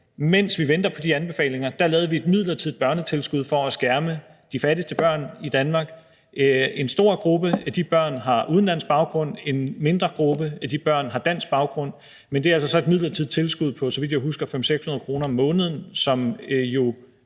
Mens vi venter på de anbefalinger, har vi lavet et midlertidigt børnetilskud for at skærme de fattigste børn i Danmark. En stor gruppe af de børn har udenlandsk baggrund, og en mindre gruppe af de børn har dansk baggrund. Men det er altså så et midlertidigt tilskud på, så vidt jeg husker, 500-600 kr. om måneden, som jo